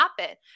happen